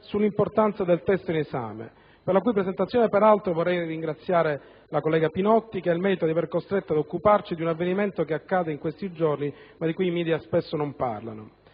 sull'importanza del testo in esame, per la cui presentazione vorrei ringraziare la collega Pinotti che ha il merito di averci costretto ad occuparci di un avvenimento che si svolge in questi giorni ma del quale i media spesso non parlano.